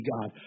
God